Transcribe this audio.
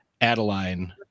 Adeline